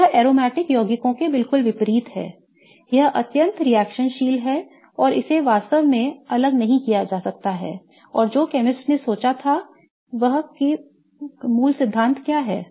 तो यह aromatic यौगिकों के बिल्कुल विपरीत है यह अत्यंत रिएक्शनशील है और इसे वास्तव में अलग नहीं किया जा सकता है और जो केमिस्ट ने सोचा था वह कि मूल सिद्धांत क्या हैं